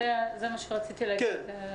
זה מה שרציתי להגיד.